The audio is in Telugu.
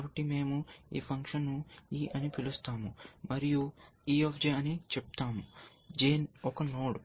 కాబట్టి మేము ఈ ఫంక్షన్ను e అని పిలుస్తాము మరియు e అని చెప్తాము J ఒక నోడ్